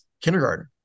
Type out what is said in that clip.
kindergarten